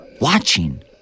Watching